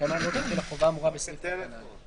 שבהתקיימן לא תחול החובה האמורה בסעיף קטן (א).